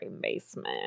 basement